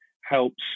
helps